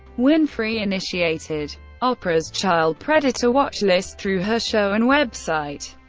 winfrey initiated oprah's child predator watch list, through her show and website,